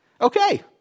okay